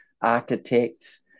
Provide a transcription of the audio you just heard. architects